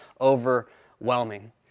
overwhelming